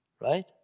Right